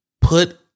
Put